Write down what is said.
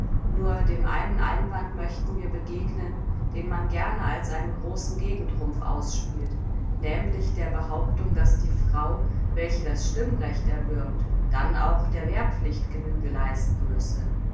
nur dem einen einwand möchten wir begegnen den man gerne als einen großen gegentrumpf ausspielt nämlich der behauptung daß die frau welche das stimmrecht erwirbt dann auch der wehrpflicht genüge leisten müsse